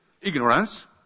ignorance